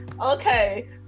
okay